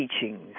teachings